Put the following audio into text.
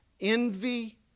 envy